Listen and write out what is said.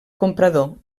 comprador